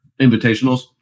invitationals